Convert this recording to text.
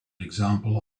example